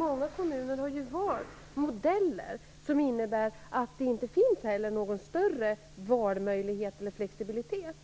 Många kommuner har valt modeller som innebär att det inte finns någon större valmöjlighet eller flexibilitet.